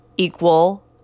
Equal